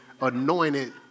anointed